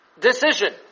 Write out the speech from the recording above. decision